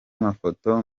mafoto